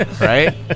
right